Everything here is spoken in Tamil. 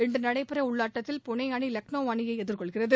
இன்று நடைபெறவுள்ள ஆட்டத்தில் பூனே அணி லக்னோ அணியை எதிர்கொள்கிறது